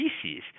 species